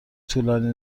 طولانی